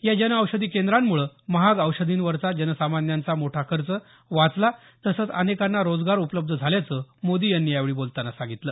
या जनऔषधी केंद्रांमुळे महाग औषधींवरचा जनसामान्यांचा मोठा खर्च वाचला तसंच अनेकांना रोजगार उपलब्ध झाल्याचं मोदी यांनी यावेळी बोलतांना सांगितलं